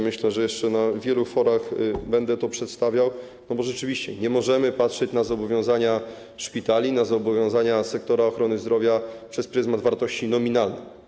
Myślę, że jeszcze na wielu forach będę to przedstawiał, bo rzeczywiście nie możemy patrzeć na zobowiązania szpitali, na zobowiązania sektora ochrony zdrowia przez pryzmat wartości nominalnej.